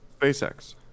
SpaceX